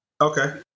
Okay